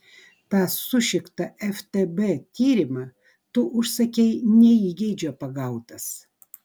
tą sušiktą ftb tyrimą tu užsakei ne įgeidžio pagautas